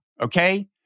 okay